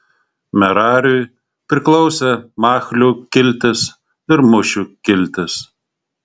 merariui priklausė machlių kiltis ir mušių kiltis